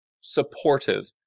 supportive